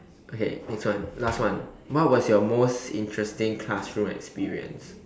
okay next one last one what was your most interesting classroom experience